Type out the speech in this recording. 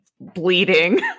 bleeding